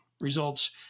results